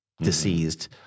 deceased